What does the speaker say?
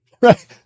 Right